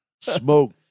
Smoke